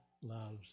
loves